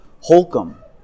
Holcomb